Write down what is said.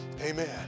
Amen